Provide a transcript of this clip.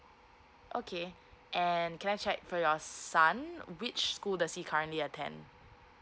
okay and can I check for your son which school does he currently attend